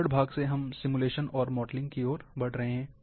विवरण भाग से अब हम सिमुलेशन और मॉडलिंग की ओर बढ़ रहे हैं